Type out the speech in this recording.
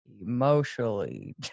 emotionally